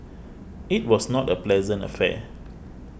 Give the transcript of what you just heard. it was not a pleasant affair